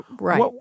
Right